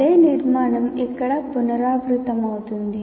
అదే నిర్మాణం ఇక్కడ పునరావృతమవుతుంది